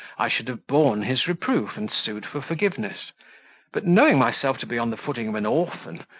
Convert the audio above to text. i should have borne his reproof, and sued for forgiveness but knowing myself to be on the footing of an orphan,